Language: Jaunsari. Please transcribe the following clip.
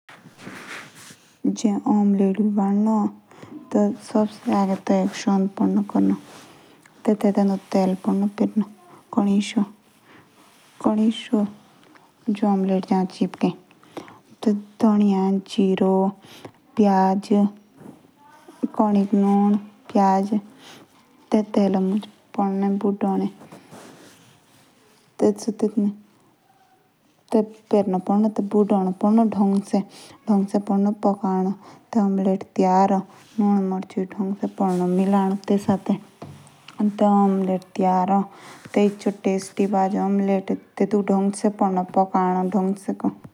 जो ओमलेट बाय ए। तेतुक बदनक आगे शिंदे ची। टी आगे तेतु दो तेल पेरनो । तबे प्याज पेरने। तेई शीट जाओ।